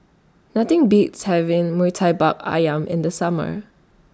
Nothing Beats having Murtabak Ayam in The Summer